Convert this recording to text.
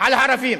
על הערבים.